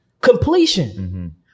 Completion